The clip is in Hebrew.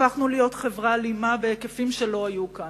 הפכנו להיות חברה אלימה בהיקפים שלא היו כאן.